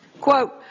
Quote